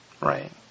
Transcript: Right